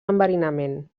enverinament